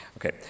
Okay